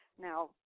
Now